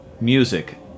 music